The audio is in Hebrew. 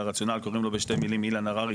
לרציונל קוראים בשתי מילים אילן הררי,